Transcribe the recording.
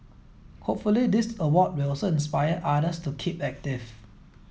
hopefully this award will also inspire others to keep active